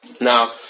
Now